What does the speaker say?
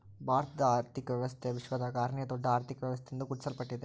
ಭಾರತದ ಆರ್ಥಿಕ ವ್ಯವಸ್ಥೆ ವಿಶ್ವದಾಗೇ ಆರನೇಯಾ ದೊಡ್ಡ ಅರ್ಥಕ ವ್ಯವಸ್ಥೆ ಎಂದು ಗುರುತಿಸಲ್ಪಟ್ಟಿದೆ